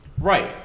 Right